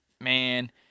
man